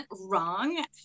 wrong